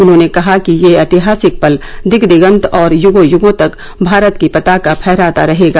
उन्होंने कहा कि यह ऐतिहासक पल दिग दिगन्त और युगों युगों तक भारत की पताका फहराता रहेगा